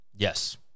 Yes